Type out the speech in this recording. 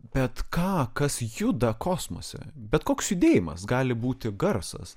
bet ką kas juda kosmose bet koks judėjimas gali būti garsas